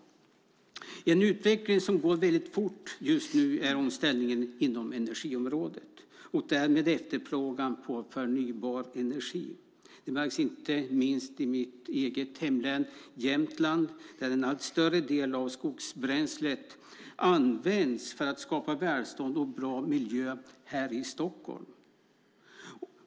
En utveckling som går fort är omställningen inom energiområdet och därmed efterfrågan på förnybar energi. Det märks inte minst i mitt hemlän Jämtland där en allt större del av skogsbränslet används för att skapa välstånd och bra miljö här i Stockholm.